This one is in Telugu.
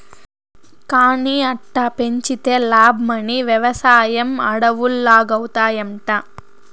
కానీ అట్టా పెంచితే లాబ్మని, వెవసాయం అడవుల్లాగౌతాయంట